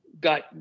got